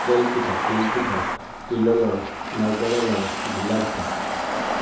তেলপিঠা তিলপিঠা তিলৰ লাড়ু নাৰিকলৰ লাড়ু ঘিলাপিঠা